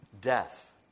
death